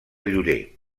llorer